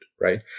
Right